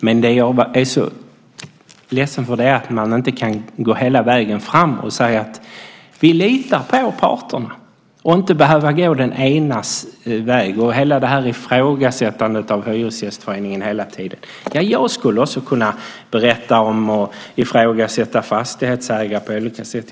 Men jag är ledsen för att ni inte kan gå hela vägen fram och säga: Vi litar på parterna. Då behöver man inte gå den enas väg och hela tiden ifrågasätta Hyresgästföreningen. Jag skulle också kunna ifrågasätta fastighetsägarna på olika sätt.